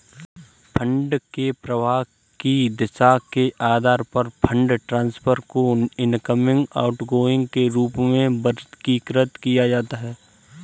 fund के प्रवाह की दिशा के आधार पर फंड ट्रांसफर को इनकमिंग, आउटगोइंग के रूप में वर्गीकृत किया जाता है